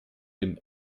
dem